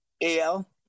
AL